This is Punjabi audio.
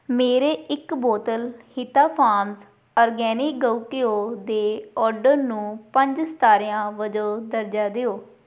ਮੇਰੇ ਇੱਕ ਬੋਤਲ ਹਿਤਾ ਫਾਮਜ਼ ਔਰਗੈਨਿਕ ਗਊ ਘਿਓ ਦੇ ਔਡਰ ਨੂੰ ਪੰਜ ਸਿਤਾਰਿਆਂ ਵਜੋਂ ਦਰਜਾ ਦਿਓ